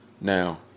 Now